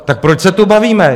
Tak proč se tu bavíme?